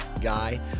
guy